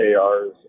ARs